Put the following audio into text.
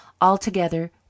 altogether